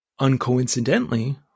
uncoincidentally